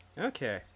Okay